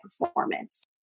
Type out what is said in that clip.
performance